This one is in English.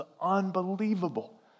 unbelievable